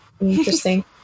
interesting